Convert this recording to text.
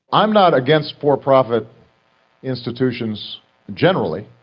i'm not against for-profit institutions generally.